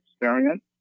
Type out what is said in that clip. experience